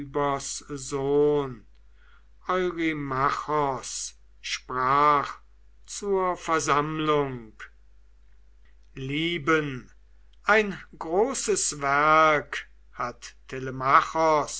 eurymachos sprach zur versammlung lieben ein großes werk hat